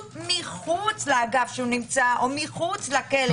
מחוץ לאגף שהוא נמצא או מחוץ לכלא.